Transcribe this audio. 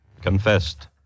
Confessed